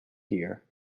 here